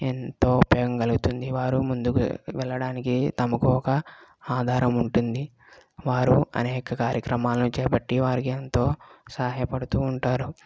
ఎంతో ఉపయోగం కలుగుతుంది వారు ముందుకు వెళ్ళడానికి తమకి ఒక ఆధారం ఉంటుంది వారు అనేక కార్యక్రమాలను చేపట్టి వారికి ఎంతో సహాయపడుతూ ఉంటారు